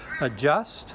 adjust